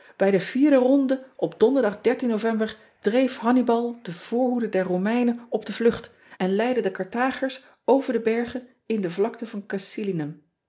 ij de vierde rondte op onderdag ovember dreef annibal de voorhoede der omeinen op de vlucht en leidde de arthagers over de bergen in de vlakte van